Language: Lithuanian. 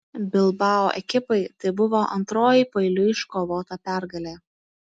bilbao ekipai tai buvo antroji paeiliui iškovota pergalė